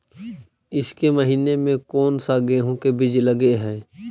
ईसके महीने मे कोन सा गेहूं के बीज लगे है?